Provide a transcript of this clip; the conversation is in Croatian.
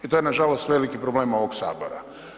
I to je nažalost veliki problem ovog Sabora.